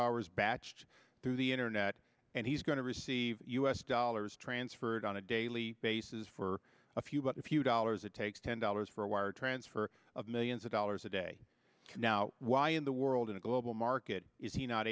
hours batched through the internet and he's going to receive u s dollars transferred on a daily basis for a few but a few dollars it takes ten dollars for a wire transfer of millions of dollars a day now why in the world in a global market is he not